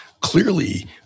Clearly